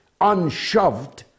unshoved